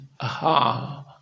Aha